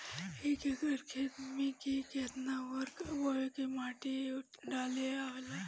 एक एकड़ खेत में के केतना उर्वरक बोअत के माटी डाले के होला?